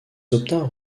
obtinrent